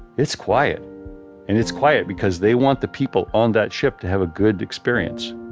it's quiet and it's quiet because they want the people on that ship to have a good experience.